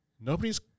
Nobody's